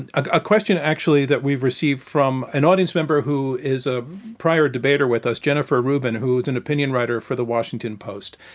and a question, actually, that we received from an audience member who is a prior debater with us, jennifer rubin, who is an opinion writer for the washington post.